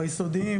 ביסודי.